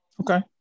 Okay